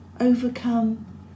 overcome